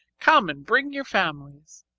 come and bring your families.